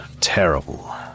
terrible